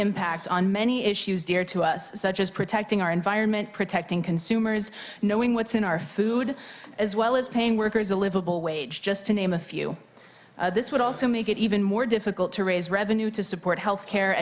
impact on many issues dear to us such as protecting our environment protecting consumers knowing what's in our food as well as paying workers a livable wage just to name a few this would also make it even more difficult to raise revenue to support health care